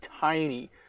tiny